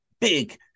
Big